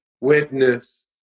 Witness